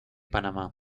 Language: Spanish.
panamá